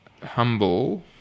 humble